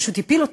פשוט הפיל אותה.